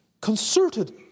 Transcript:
concerted